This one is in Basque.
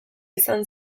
izan